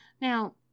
Now